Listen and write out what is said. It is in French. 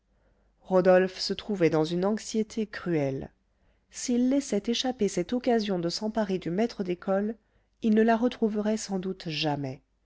rodolphe se trouvait dans une anxiété cruelle s'il laissait échapper cette occasion de s'emparer du maître d'école il ne la retrouverait sans doute jamais